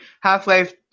Half-Life